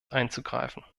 einzugreifen